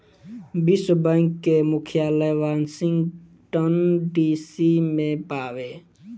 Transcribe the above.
विश्व बैंक के मुख्यालय वॉशिंगटन डी.सी में बावे